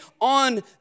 on